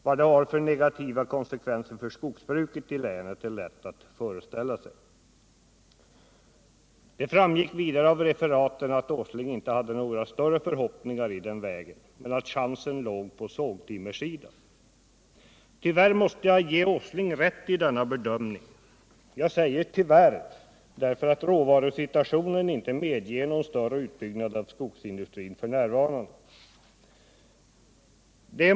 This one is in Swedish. Vilka negativa konsekvenser detta skulle få för skogsbruket i länet är lätt att föreställa sig. Det framgick vidare av referaten att Nils Åsling inte hade några större förhoppningar i den vägen men att största chansen låg på sågtimmersidan. Tyvärr måste jag ge Nils Åsling rätt i denna bedömning. Jag säger tyvärr, därför att råvarusituationen f.n. inte medger någon större utbyggnad av skogsindustrin.